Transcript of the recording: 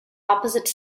opposite